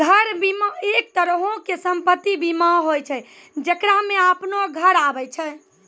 घर बीमा, एक तरहो के सम्पति बीमा होय छै जेकरा मे अपनो घर आबै छै